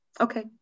Okay